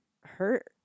hurt